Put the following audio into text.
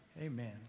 amen